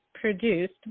produced